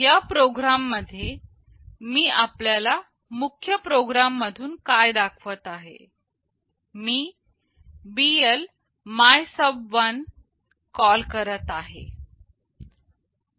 या प्रोग्राम मध्ये मी आपल्या मुख्य प्रोग्राम मधून काय दाखवत आहे मी BL MYSUB1 कॉल करत आहे